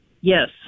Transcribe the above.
Yes